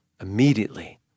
Immediately